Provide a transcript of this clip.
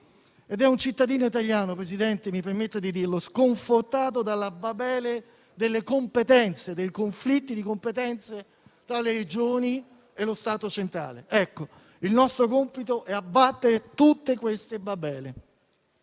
È un cittadino italiano, mi permetto di dirlo, sconfortato dalla Babele delle competenze, dei conflitti di competenze tra le Regioni e lo Stato centrale. Il nostro compito è abbattere tutte queste "Babeli".